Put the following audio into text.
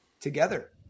together